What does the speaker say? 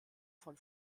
von